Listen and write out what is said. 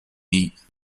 meat